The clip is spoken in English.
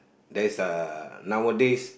there is a nowadays